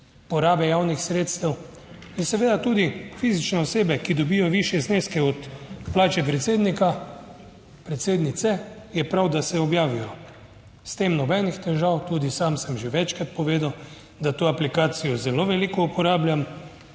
porabe javnih sredstev in seveda tudi fizične osebe, ki dobijo višje zneske od plače predsednika, predsednice je prav, da se objavijo. S tem nobenih težav. Tudi sam sem že večkrat povedal, da to aplikacijo zelo veliko uporabljam.